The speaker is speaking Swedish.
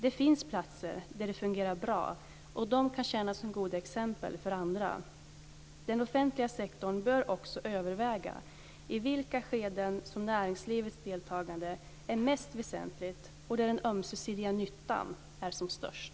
Det finns platser där det fungerar bra, och de kan tjäna som goda exempel för andra. Den offentliga sektorn bör också överväga i vilka skeden som näringslivets deltagande är mest väsentligt och där den ömsesidiga nyttan är störst.